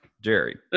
Jerry